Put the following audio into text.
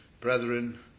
Brethren